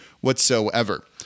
whatsoever